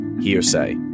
Hearsay